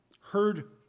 heard